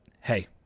hey